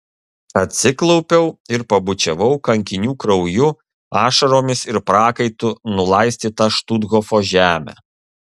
atsiklaupiau ir pabučiavau kankinių krauju ašaromis ir prakaitu nulaistytą štuthofo žemę